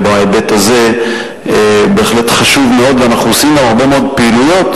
וההיבט הזה בהחלט חשוב מאוד ואנחנו עושים גם הרבה מאוד פעילויות